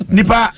Nipa